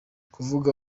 kuvuga